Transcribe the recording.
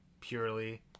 purely